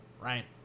Right